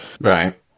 right